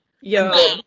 Yo